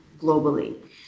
globally